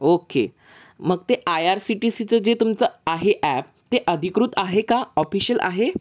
okay मग ते I R C T सीचं जे तुमचं आहे ॲप ते अधिकृत आहे का ऑफिशियल आहे